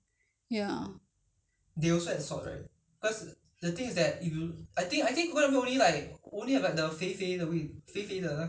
uh ya ya ya 要放要放盐要放盐跟你放那个斑斓叶 ah 这样 lor 这样蒸下去比较香